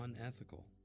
unethical